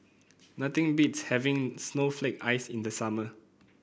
nothing beats having Snowflake Ice in the summer